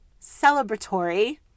celebratory